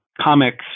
comics